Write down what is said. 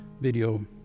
video